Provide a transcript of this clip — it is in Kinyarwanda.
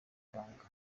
ibanga